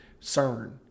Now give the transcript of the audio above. CERN